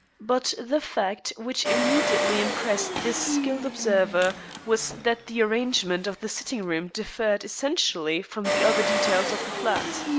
but the fact which immediately impressed this skilled observer was that the arrangement of the sitting-room differed essentially from the other details of the flat.